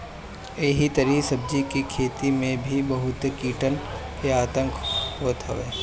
एही तरही सब्जी के खेती में भी बहुते कीटन के आतंक होत हवे